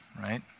right